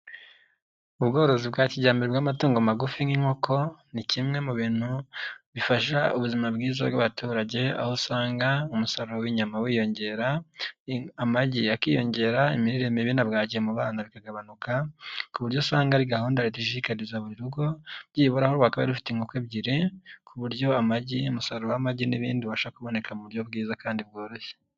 Ubworozi bwa kijyambere bw'amatungo magufi nk'inkoko, ni kimwe mu bintu bifasha ubuzima bwiza bw'abaturage, aho usanga umusaruro w'inyama wiyongera, amagi akiyongera, imirire mibi na bwacye mu bana bikagabanuka, ku buryo usanga ari gahunda Leta ishishikariza buri rugo, byibura aho rwakabaye rufite inkoko ebyiri, ku buryo amagi, umusaruro w'amagi n'ibindi ubasha kuboneka mu buryo bwiza kandi bworoshye.